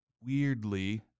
weirdly